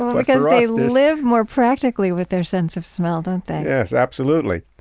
like and they live more practically with their sense of smell, don't they? yes, absolutely.